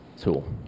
tool